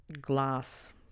glass